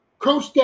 Coach